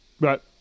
Right